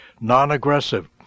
non-aggressive